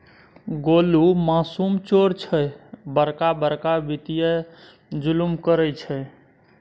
गोलु मासुल चोर छै बड़का बड़का वित्तीय जुलुम करय छै